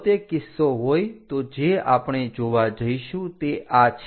જો તે કિસ્સો હોય તો જે આપણે જોવા જઈશું તે આ છે